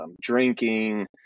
drinking